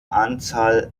anzahl